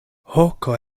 hoko